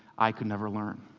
i could never learn.